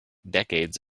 decades